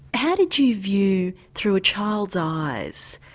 how did you view, through a child's eyes,